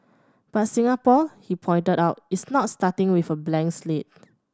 but Singapore he pointed out is not starting with a blank slate